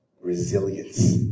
resilience